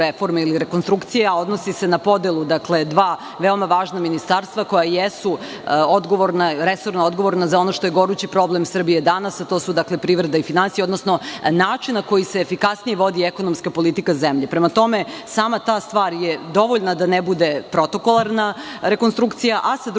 reforme ili rekonstrukcije, a odnosi se na podeli dva veoma važna ministarstva koja jesu resorno odgovorna za ono što je gorući problem Srbije danas, a to su privreda i finansije, odnosno način na koji se efikasnije vodi ekonomska politika zemlje. Prema tome, sama ta stvar je dovoljna da ne bude protokolarna rekonstrukcija. Sa druge